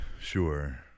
Sure